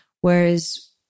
Whereas